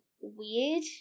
weird